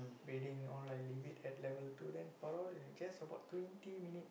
bedding all I leave it at level two then for all in just about twenty minutes